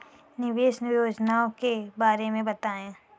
निवेश योजनाओं के बारे में बताएँ?